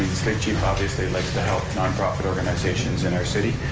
sleep cheap obviously likes to help non-profit organizations in our city,